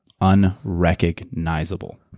Unrecognizable